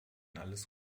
alles